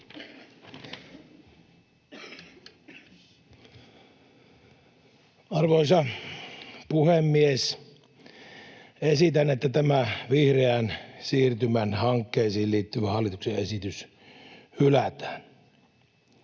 Arvoisa puhemies! Esitän, että tämä vihreän siirtymän hankkeisiin liittyvä hallituksen esitys hylätään.